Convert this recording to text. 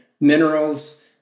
minerals